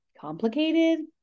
complicated